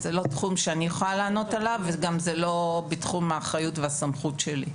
זה לא תחום שאני יכולה לענות עליו וזה גם לא בתחום האחריות והסמכות שלי,